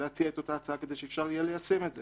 ולהציע את אותה הצעה, כדי שאפשר יהיה ליישם את זה.